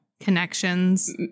connections